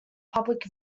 public